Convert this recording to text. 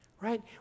right